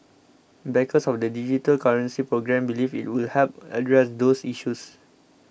backers of the digital currency programme believe it will help address those issues